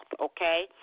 Okay